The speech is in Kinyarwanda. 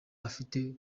afite